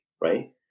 right